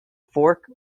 fork